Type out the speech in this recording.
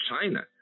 China